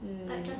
mm